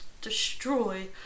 destroy